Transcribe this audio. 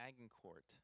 Agincourt